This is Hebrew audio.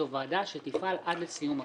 זו ועדה שתפעל עד לסיום הכנסת.